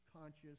conscious